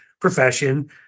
profession